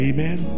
Amen